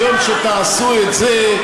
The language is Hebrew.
ביום שתעשו את זה,